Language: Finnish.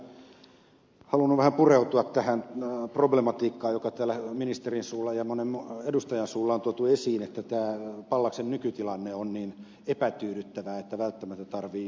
olisin vielä halunnut vähän pureutua tähän problematiikkaan joka täällä ministerin suulla ja monen edustajan suulla on tuotu esiin että tämä pallaksen nykytilanne on niin epätyydyttävä että välttämättä tarvitsee jotain tehdä